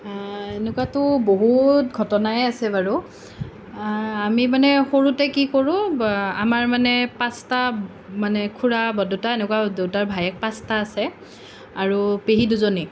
এনেকুৱাতো বহুত ঘটনাই আছে বাৰু আমি মানে সৰুতে কি কৰোঁ আমাৰ মানে পাঁচটা মানে খুড়া বৰদেউতা এনেকুৱা দেউতাৰ ভায়েক পাঁচটা আছে আৰু পেহী দুজনী